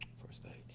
first day.